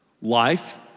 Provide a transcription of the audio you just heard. Life